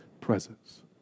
presence